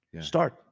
Start